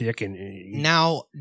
now